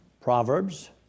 Proverbs